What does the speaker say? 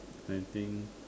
I think